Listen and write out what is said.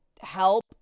help